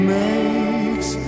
makes